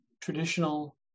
traditional